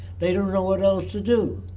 they don't know what else to do.